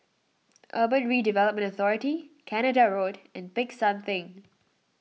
Urban Redevelopment Authority Canada Road and Peck San theng